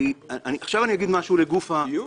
עכשיו אומר משהו לגוף הדיון.